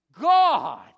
God